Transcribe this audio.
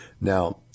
Now